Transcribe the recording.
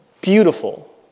beautiful